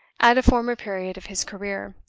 at a former period of his career,